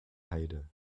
heide